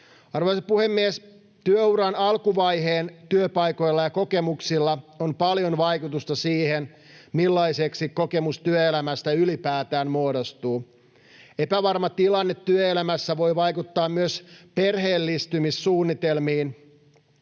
Arvoisa puhemies! Työuran alkuvaiheen työpaikoilla ja kokemuksilla on paljon vaikutusta siihen, millaiseksi kokemus työelämästä ylipäätään muodostuu. Epävarma tilanne työelämässä voi vaikuttaa myös perheellistymissuunnitelmiin.